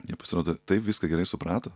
jie pasirodo taip viską gerai suprato